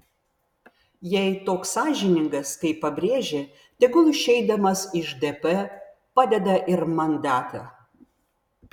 jei toks sąžiningas kaip pabrėžė tegul išeidamas iš dp padeda ir mandatą